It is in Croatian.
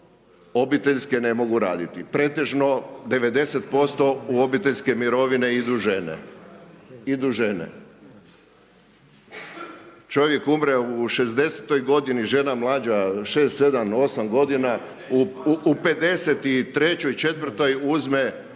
obiteljske ne mogu raditi? Pretežno 90% u obiteljske mirovine idu žene. Idu žene. Čovjek umre u 60.-oj godini, žena mlađa 6, 7, 8 godina, u 53., 54. uzme